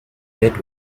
bet